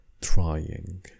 trying